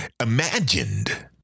imagined